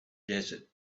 desert